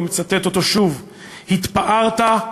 ואני מצטט אותו שוב: "התפארת,